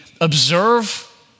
observe